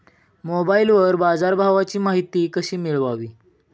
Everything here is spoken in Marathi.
मोबाइलवर बाजारभावाची माहिती कशी मिळवावी?